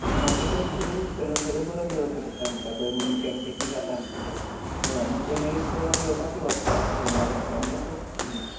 हय टेस्ट करून थंय सगळे बरोवन दवरचे पडटा म्हणटा थंय अमक्या अमक्यांचे जाता म्हणून हय ते आनी मागीर पळोवन घेवपाची वखदां अशे सांगल्ले म्हाका म्हणल्यार